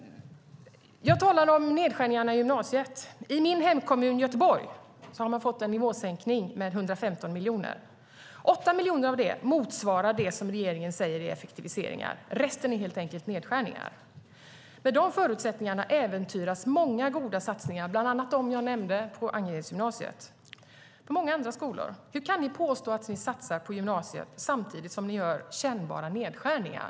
Jag talade om nedskärningarna i gymnasiet. I min hemkommun Göteborg har det skett en nivåsänkning med 115 miljoner. 8 miljoner av dessa 115 miljoner motsvarar det som regeringen säger är effektiviseringar. Resten är helt enkelt nedskärningar. Med de förutsättningarna äventyras många goda satsningar, bland annat dem jag nämnde på Angeredsgymnasiet och andra skolor. Hur kan ni påstå att ni satsar på gymnasiet samtidigt som ni gör kännbara nedskärningar?